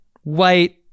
white